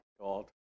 God